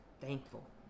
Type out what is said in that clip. thankful